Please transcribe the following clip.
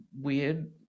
weird